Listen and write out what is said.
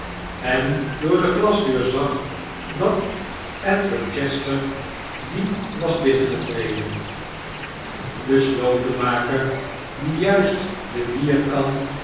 en door de glasdeur zag dat edward chester dien was binnengetreden de slotenmaker die juist de bierkan